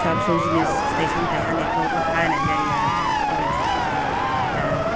फिसा फिसौ जिनिस फिथाइ सामथाइ हानायफ्रवबो हानाय जायो आरो दा बेफोरबादि नो